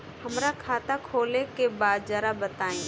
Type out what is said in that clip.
हमरा खाता खोले के बा जरा बताई